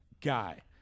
guy